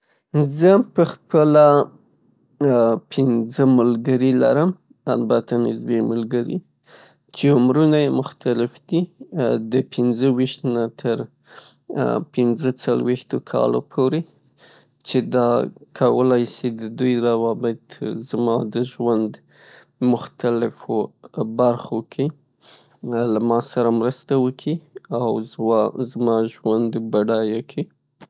زه په خپله ام پنځه ملګري لرم، البته نزدې ملګري، چه عمرونه یې مختلف دي، د پنځه ویشت نه تر پنځه څلویښتو کالو پورې. چه دا کولای شي ددوی روابط زما د ژوند مختلقو برخو کې له ماسره مرسته وکړي او زما ژوند بډایه کړي.